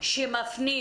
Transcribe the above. שמפנים